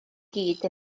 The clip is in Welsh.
gyd